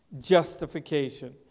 justification